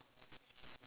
baguette